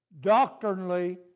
doctrinally